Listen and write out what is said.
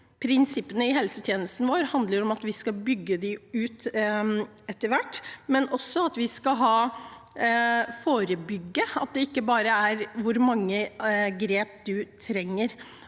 Prinsippene i helsetjenesten vår handler om at vi skal bygge den ut etter hvert, men også at vi også skal forebygge, og at det ikke bare handler om hvor mange grep man trenger.